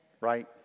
right